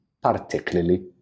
particularly